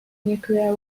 nuclear